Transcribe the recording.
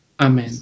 Amen